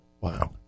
Wow